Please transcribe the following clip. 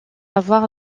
avoir